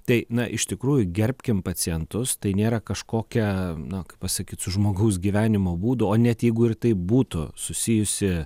tai na iš tikrųjų gerbkim pacientus tai nėra kažkokia na kaip pasakyt su žmogaus gyvenimo būdu o net jeigu ir tai būtų susijusi